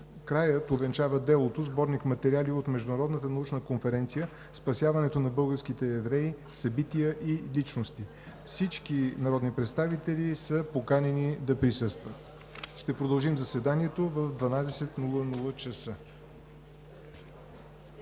„Краят увенчава делото“ – сборник материали от Международната научна конференция: „Спасяването на българските евреи, събития и личности“. Всички народни представители са поканени да присъстват. Ще продължим заседанието в 12,00 ч.